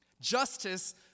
Justice